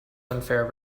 unfair